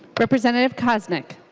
representative koznick